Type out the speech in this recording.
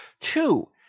Two